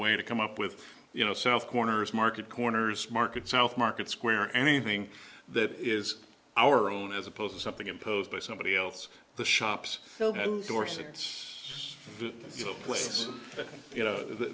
way to come up with you know sort of corners market corners market south market square anything that is our own as opposed to something imposed by somebody else the shops dorsets what's you know that